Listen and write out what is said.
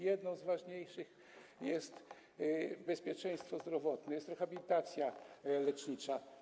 Jedną z ważniejszych jest bezpieczeństwo zdrowotne, jest rehabilitacja lecznicza.